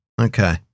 Okay